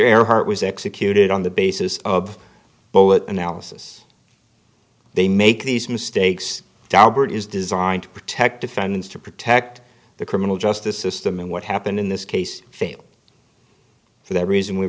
earhart was executed on the basis of bullet analysis they make these mistakes daubert is designed to protect defendants to protect the criminal justice system and what happened in this case failed for that reason we